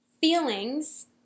Feelings